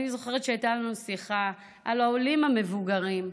אני זוכרת שהייתה לנו שיחה על העולים המבוגרים,